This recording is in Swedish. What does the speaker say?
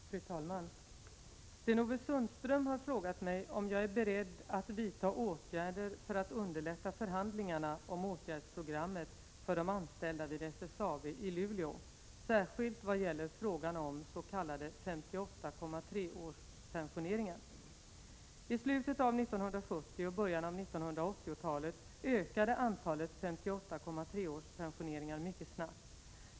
Fru talman! Sten-Ove Sundström har frågat mig om jag är beredd att vidta åtgärder för att underlätta förhandlingarna om åtgärdsprogrammet för de anställda vid SSAB i Luleå, särskilt vad gäller frågan om s.k. 58,3-årspensioneringar. I slutet av 1970 och i början av 1980-talet ökade antalet 58,3-årspensioneringar mycket snabbt.